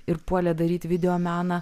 ir puolė daryt videomeną